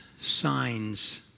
signs